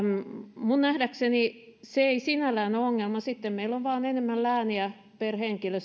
minun nähdäkseni se ei sinällään ole ongelma vaan sitten meillä on vain enemmän lääniä per henkilö